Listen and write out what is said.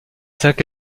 cinq